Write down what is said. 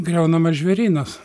griaunamas žvėrynas